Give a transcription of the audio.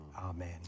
Amen